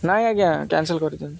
ନାଇଁ ଆଜ୍ଞା କ୍ୟାନସେଲ କରିଦିଅନ୍ତୁ